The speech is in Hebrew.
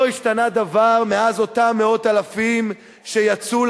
לא השתנה דבר מאז שיצאו אותם מאות אלפים לרחובות.